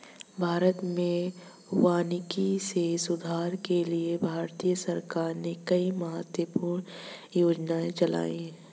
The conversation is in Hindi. भारत में वानिकी में सुधार के लिए भारतीय सरकार ने कई महत्वपूर्ण योजनाएं चलाई